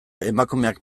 emakumeak